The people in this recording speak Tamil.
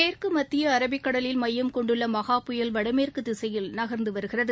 மேற்கு மத்திய அரபிக்கடலில் மையம் கொண்டுள்ள மஹா புயல் வடமேற்கு திசையில் நகர்ந்து வருகிறது